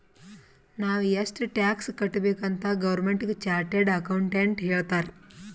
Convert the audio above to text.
ನಾವ್ ಎಷ್ಟ ಟ್ಯಾಕ್ಸ್ ಕಟ್ಬೇಕ್ ಅಂತ್ ಗೌರ್ಮೆಂಟ್ಗ ಚಾರ್ಟೆಡ್ ಅಕೌಂಟೆಂಟ್ ಹೇಳ್ತಾರ್